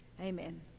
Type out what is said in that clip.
Amen